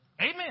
Amen